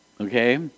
Okay